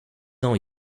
ans